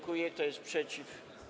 Kto jest przeciw?